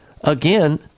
again